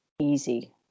easy